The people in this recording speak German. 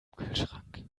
kühlschrank